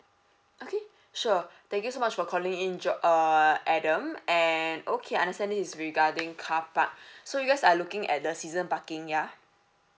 okay sure thank you so much for calling in jo~ uh adam and okay understand this is regarding carpark so you guys are looking at the season parking ya